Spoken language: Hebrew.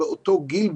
באותו גיל,